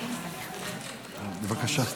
בבקשה.